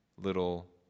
Little